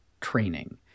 training